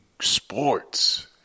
sports